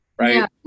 right